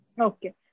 Okay